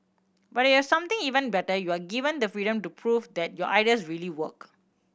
but if you have something even better you are given the freedom to prove that your ideas really work